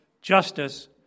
justice